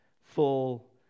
Full